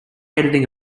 editing